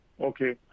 Okay